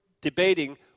debating